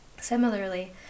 Similarly